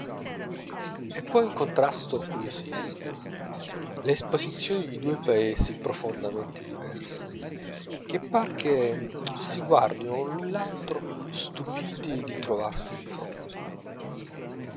e poi un contrasto curiosissimo le esposizioni di due paesi profondamente diversi che par che si guardino l'un l'altro stupiti di trovarsi di fronte